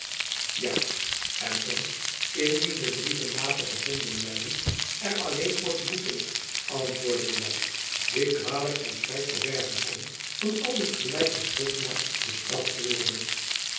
ja en om indien de brieven later gevonden werden er alleen voor te boeten antwoordde buat die kwalijk zijn spijt verbergen kon van aldus gelijk een schoolknaap bestraft te worden